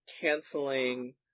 canceling